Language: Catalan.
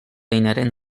inherent